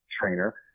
trainer